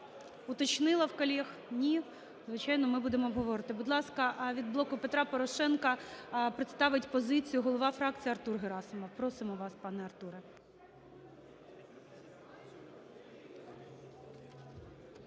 Уточнила в колег – ні, звичайно, ми будемо обговорювати. Будь ласка, від "Блоку Петра Порошенка" представить позицію голова фракції Артур Герасимов. Просимо вас, пане Артуре.